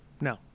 No